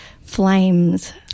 Flames